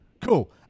Cool